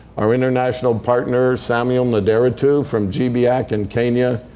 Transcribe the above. our international partners, samuel nderitu from g-biack in kenya,